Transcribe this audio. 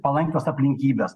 palankios aplinkybės